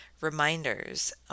reminders